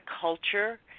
culture